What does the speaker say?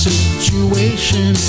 situation